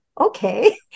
okay